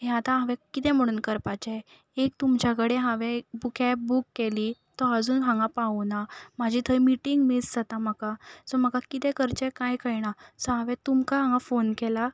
हें आतां हांवें कितें म्हणून करपाचें एक तुमच्या कडेन हांवें कॅब बूक केली तो आजून हांगा पावूं ना म्हाजी थंय मिटींग म्हाका सो म्हाका कितें करचें कांय कळना सो हांवें तुमकां हांगा फोन केला